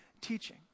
teaching